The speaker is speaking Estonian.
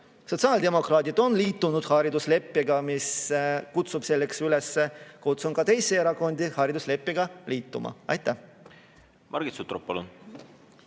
Sotsiaaldemokraadid on liitunud haridusleppega, mis kutsub selleks üles. Kutsun ka teisi erakondi haridusleppega liituma. Margit Sutrop,